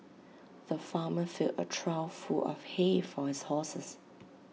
the farmer filled A trough full of hay for his horses